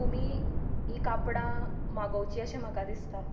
तुमी ही कापडां मागोवचीं अशें म्हाका दिसता